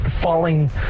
falling